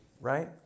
right